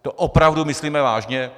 To opravdu myslíme vážně?